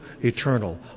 eternal